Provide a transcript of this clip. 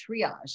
triage